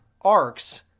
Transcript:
arcs